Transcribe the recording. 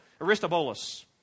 Aristobulus